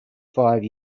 five